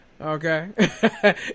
okay